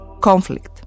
conflict